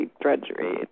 drudgery